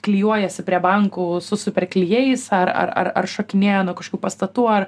klijuojasi prie bankų su super klijais ar ar ar šokinėja nuo kažkokių pastatų ar